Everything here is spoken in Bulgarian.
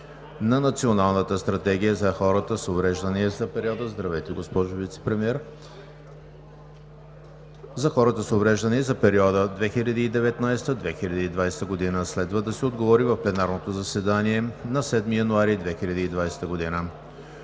на Националната стратегия за хората с увреждания за периода 2019 – 2020 г. Следва да се отговори в пленарното заседание на 7 февруари 2020 г.